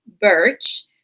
Birch